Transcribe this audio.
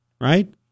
Right